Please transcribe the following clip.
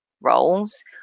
roles